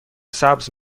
سبز